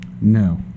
No